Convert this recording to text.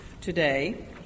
today